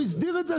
הוא הסדיר את זה,